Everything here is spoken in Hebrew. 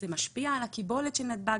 זה משפיע על הקיבולת של נתב"ג?